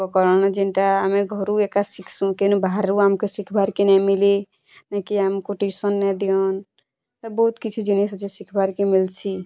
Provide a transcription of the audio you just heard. ଉପକରଣ ଜେଣ୍ଟା ଆମେ ଘରୁ ଏକା ଶିକ୍ଷସୁଁ କେନୁ ବାହାରୁ ଆମକେ ଶିକ୍ଷବାର୍ କେ ନାଇଁ ମିଲି ନା କି ଆମକୁ ଟିଉସନ୍ ନାଇଁ ଦିଅନ୍ ଆଉ ବୋହୁତ୍ କିଛି ଜିନିଷ୍ ଅଛି ଶିକ୍ଷବାର୍ କେ ମିଲସି